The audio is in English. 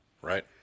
Right